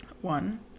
One